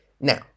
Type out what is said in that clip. Now